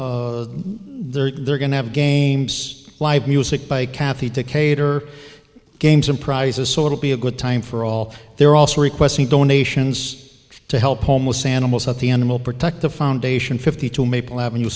be there they're going to have games live music by kathy decatur games and prizes so it'll be a good time for all they're also requesting donations to help homeless animals at the end it will protect the foundation fifty two maple avenue